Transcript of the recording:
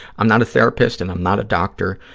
i'm not a therapist and i'm not a doctor,